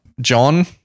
John